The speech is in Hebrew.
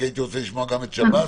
כי הייתי רוצה לשמוע גם את שב"ס.